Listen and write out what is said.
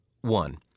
One